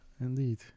indeed